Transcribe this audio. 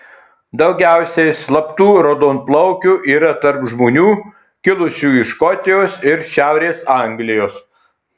daugiausiai slaptų raudonplaukių yra tarp žmonių kilusių iš škotijos ir šiaurės anglijos